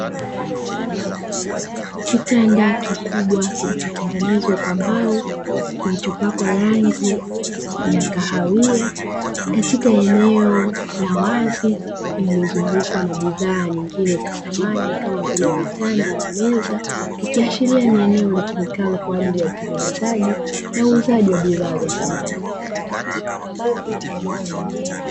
Kitanda kikubwa kilichotengenezwa kwa mbao, kilichopakwa rangi ya kahawia, katika eneo la wazi lililozungukwa na bidhaa nyingine za samani, kama vile vitanda na meza, ikiashiria ni eneo litumikalo kwa ajili ya utengenezaji na uuzaji wa bidhaa za samani.